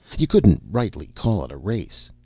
you couldn't rightly call it a race.